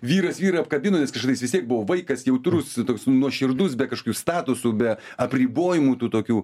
vyras vyrą apkabino nes kažkada jis vis tiek buvo vaikas jautrus toks nuoširdus be kažkokių statusų be apribojimų tų tokių